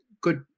good